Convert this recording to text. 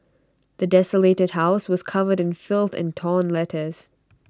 the desolated house was covered in filth and torn letters